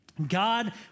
God